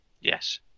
Yes